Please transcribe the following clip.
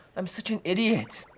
i'm such an idiot.